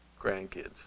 grandkids